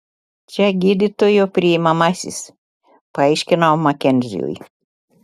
čia gydytojo priimamasis paaiškinau makenziui